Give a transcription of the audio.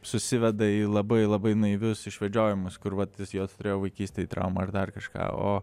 susiveda į labai labai naivius išvedžiojimus kur vat jis turėjo vaikystėj traumą ar dar kažką o